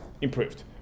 improved